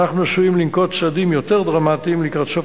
אנחנו עשויים לנקוט צעדים יותר דרמטיים לקראת סוף